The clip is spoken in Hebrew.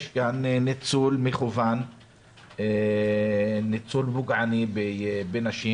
יש כאן ניצול מכוון ופוגעני בנשים.